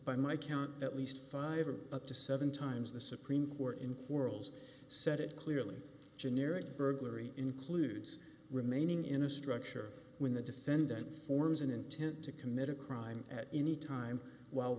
by my count at least five or up to seven times the supreme court in whorls said it clearly generic burglary includes remaining in a structure when the defendant forms an intent to commit a crime at any time while